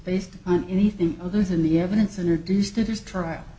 based on anything other than the evidence introduced to this trial